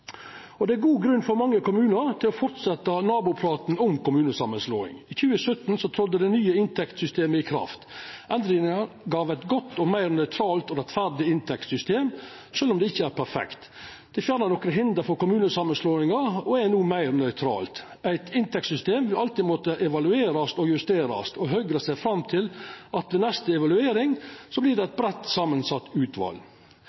brukar. Det er god grunn for mange kommunar til å fortsetta nabopraten om kommunesamanslåing. I 2017 trådde det nye inntektssystemet i kraft. Endringa gav eit godt og meir nøytralt og rettferdig inntektssystem, sjølv om det ikkje er perfekt. Det fekk fjerna nokre hinder for kommunesamanslåingar og er no meir nøytralt. Eit inntektssystem vil alltid måtta evaluerast og justerast, og Høgre ser fram til at det ved neste evaluering